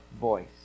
voice